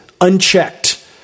unchecked